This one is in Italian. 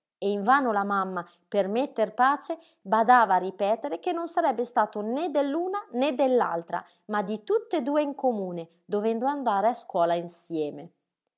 invano la mamma per metter pace badava a ripetere che non sarebbe stato né dell'una né dell'altra ma di tutt'e due in comune dovendo andare a scuola insieme